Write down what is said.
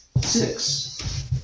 Six